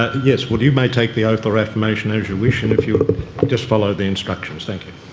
yes, well, you may take the oath or affirmation as you wish and if you just follow the instructions, thank you.